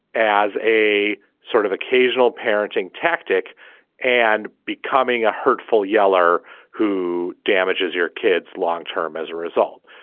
as a sort of occasional parenting tactic and becoming a hurtful yeller who damages your kids long term as a result.